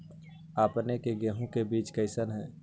अपने के गेहूं के बीज कैसन है?